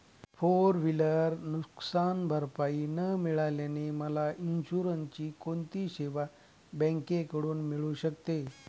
Four wheeler नुकसानभरपाई न मिळाल्याने मला इन्शुरन्सची कोणती सेवा बँकेकडून मिळू शकते?